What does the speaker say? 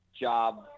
job